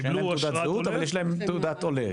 קיבלו אשרת עולה --- אין להם תעודת עולה,